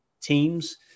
teams